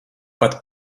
pat